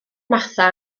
martha